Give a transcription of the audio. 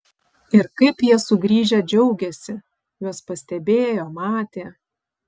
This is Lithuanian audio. ir kaip jie sugrįžę džiaugėsi juos pastebėjo matė